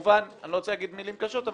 אני לא רוצה לומר מילים קשות,